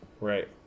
Right